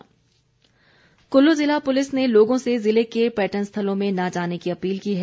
appeal SP Kullu जिला पुलिस ने लोगों से जिले के पर्यटन स्थलों में न जाने की अपील की है